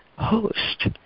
Host